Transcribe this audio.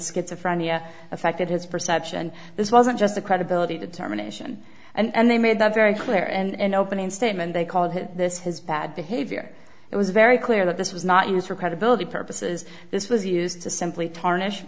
schizophrenia affected his perception this wasn't just a credibility determination and they made that very clear and opening statement they called him this his bad behavior it was very clear that this was not used for credibility purposes this was used to simply tarnish